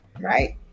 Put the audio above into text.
Right